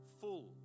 full